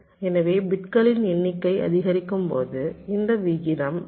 எனவே பிட்களின் எண்ணிக்கை அதிகரிக்கும்போது இந்த விகிதம் 0